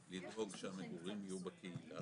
קביעת הגורם המכיר לכל סוג של מוגבלות,